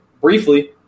briefly